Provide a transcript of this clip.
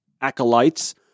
acolytes